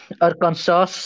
Arkansas